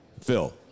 Phil